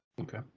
Okay